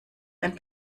ein